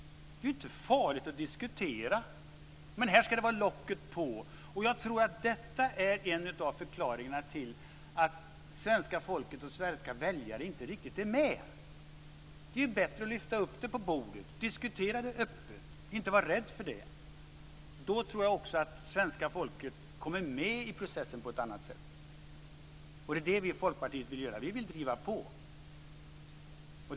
Det är inte farligt att diskutera. Men här ska det vara locket på. Jag tror att detta är en av förklaringarna till att svenska folket och svenska väljare inte riktigt är med. Det är bättre att lyfta upp det på bordet, diskutera det öppet och inte vara rädd för det. Då tror jag också att svenska folket kommer med i processen på ett annat sätt. Vi i Folkpartiet vill driva på.